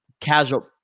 casual